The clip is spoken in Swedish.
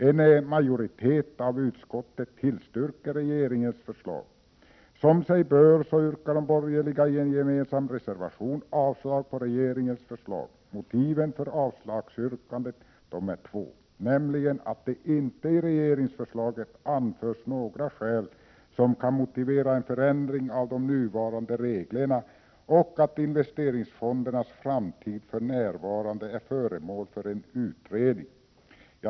En majoritet av utskottet tillstyrker regeringens förslag. Som sig bör yrkar de borgerliga i en gemensam reservation avslag på regeringens förslag. Motiven för avslagsyrkandet är två, nämligen att det inte i regeringsförslaget anförts några skäl som kan motivera en förändring av de nuvarande reglerna och att investeringsfondernas framtid för närvarande är föremål för en utredning.